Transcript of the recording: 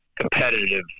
competitive